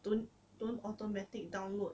don't don't automatic download